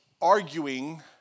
arguing